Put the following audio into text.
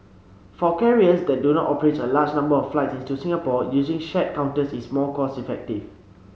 for carriers that do not operate a large number of flights into Singapore using shared counters is more cost effective